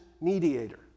mediator